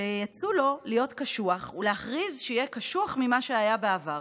שייעצו לו להיות קשוח ולהכריז שיהיה קשוח ממה שהיה בעבר,